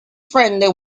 friendly